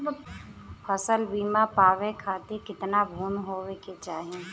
फ़सल बीमा पावे खाती कितना भूमि होवे के चाही?